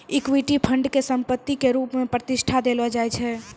equity fund के संपत्ति के रुप मे प्रतिष्ठा देलो जाय छै